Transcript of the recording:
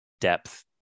depth